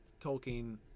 Tolkien